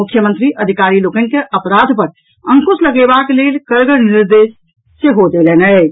मुख्यमंत्री अधिकारी लोकनि के अपराध पर अंकुश लगेबाक लेल कड़गर निर्देश सेहो देलनि अछि